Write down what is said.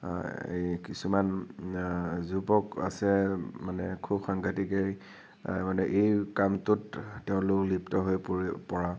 এই কিছুমান যুৱক আছে মানে খুব সাংঘাতিকে মানে এই কামটোত তেওঁলোক লিপ্ত হৈ পৰি পৰা